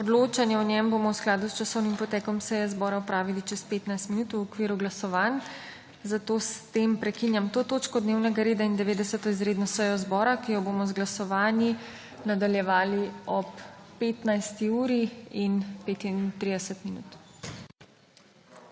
Odločanje o njem bomo v skladu s časovnim potekom seje zbora opravili čez 15 minut v okviru glasovanj. Zato s tem prekinjam to točko dnevnega reda in 90. izredno sejo zbora, ki jo bomo z glasovanji nadaljevali ob 15. uri in 35 minut.